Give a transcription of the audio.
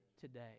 today